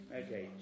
okay